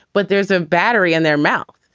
but there's a battery in their mouth.